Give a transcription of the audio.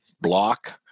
block